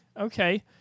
okay